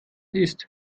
ist